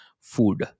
food